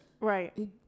Right